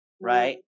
right